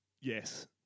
Yes